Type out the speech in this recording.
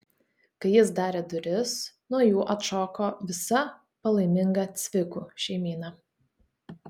kai jis darė duris nuo jų atšoko visa palaiminga cvikų šeimyna